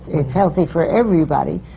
it's healthy for everybody,